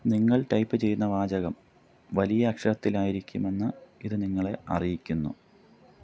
നിങ്ങൾ ടൈപ്പ് ചെയ്യുന്ന വാചകം വലിയക്ഷരത്തിൽ ആയിരിക്കുമെന്ന് ഇത് നിങ്ങളെ അറിയിക്കുന്നു